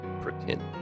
Pretend